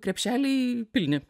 krepšeliai pini